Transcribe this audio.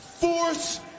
force